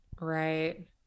Right